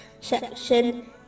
section